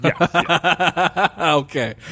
okay